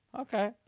Okay